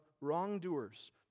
wrongdoers